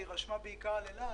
רשמה בעיקר על אל על,